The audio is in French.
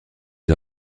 ces